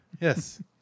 Yes